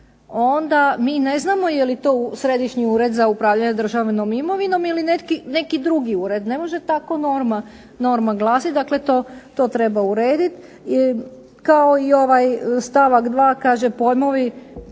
onda mi ne znamo je li to Središnji ured za upravljanje državnom imovinom ili neki drugi ured. Ne može tako norma glasiti, dakle to treba urediti. Kao i ovaj stavak 2., kaže pojmovi